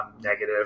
negative